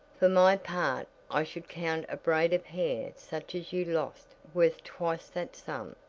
for my part i should count a braid of hair such as you lost worth twice that sum,